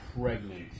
pregnant